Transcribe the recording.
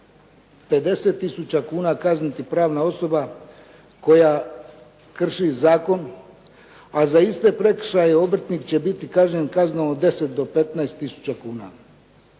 tisuća kuna kazniti pravna osoba koja krši zakon, a za iste prekršaje obrtnik će biti kažnjen kaznom od 10 do 15 tisuća kuna.